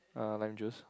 uh lime juice